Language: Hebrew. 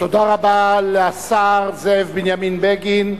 תודה רבה לשר זאב בנימין בגין.